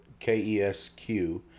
KESQ